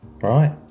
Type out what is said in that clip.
Right